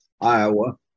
Iowa